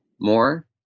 more